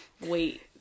Wait